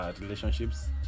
relationships